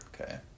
Okay